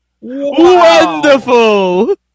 Wonderful